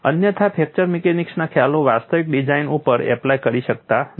અન્યથા ફ્રેક્ચર મિકેનિક્સના ખ્યાલો વાસ્તવિક ડિઝાઇન ઉપર એપ્લાય કરી શકાતા નથી